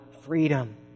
freedom